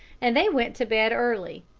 and they went to bed early,